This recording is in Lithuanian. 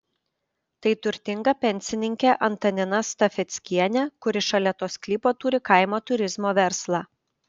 tai turtinga pensininkė antanina stafeckienė kuri šalia to sklypo turi kaimo turizmo verslą